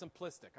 simplistic